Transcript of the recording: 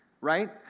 Right